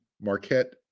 Marquette